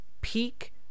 peak